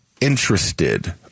interested